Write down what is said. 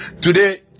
today